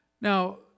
Now